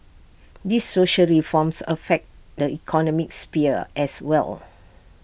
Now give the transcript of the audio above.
these social reforms affect the economic sphere as well